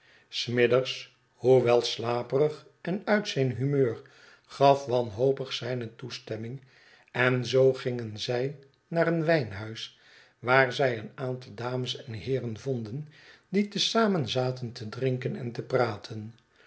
gebeuren smithers hoewel slaperig en uit zijn humeur gaf wanhopig zijne toestemming en zoo gingen zij naar een wijnhuis waar zij een aantal dames en heeren vonden dietezamen zaten te drinken en te praten